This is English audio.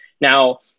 Now